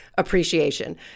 appreciation